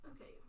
Okay